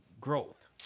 growth